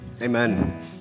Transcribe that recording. Amen